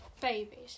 Babies